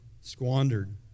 squandered